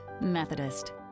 Methodist